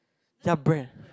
ya bread